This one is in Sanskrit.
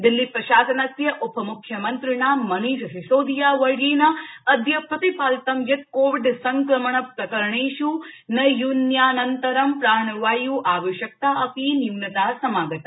दिल्ली प्रशासनस्य उपम्ख्यमन्त्रिणा मनीष सिसोदिया वर्येण अद्य प्रतिपादितं यत् कोविड संक्रमण प्रकरणेष् नैयून्यानन्तरं प्राणवाय् आवश्यकता अपि न्यूनता समागता